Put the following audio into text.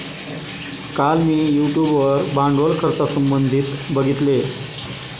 काल मी यूट्यूब वर भांडवल खर्चासंबंधित बघितले